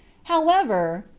however,